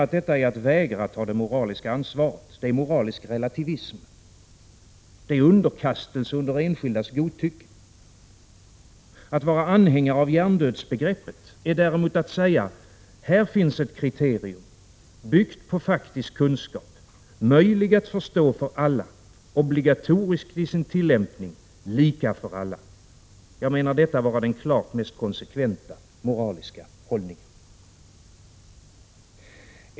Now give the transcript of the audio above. Detta är att vägra att ta det moraliska ansvaret. Det är moralisk relativism. Det är underkastelse under enskildas godtycke. Att vara anhängare av hjärndödsbegreppet är däremot att säga: Här finns ett kriterium, byggt på faktiskt kunskap, möjligt att förstå för alla, obligatoriskt i sin tillämpning, lika för alla. Detta är den klart mest konsekventa moraliska hållningen.